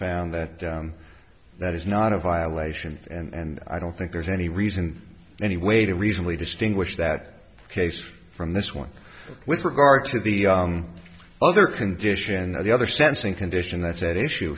found that that is not a violation and i don't think there's any reason any way to reasonably distinguish that case from this one with regard to the other condition and the other sensing condition that's at issue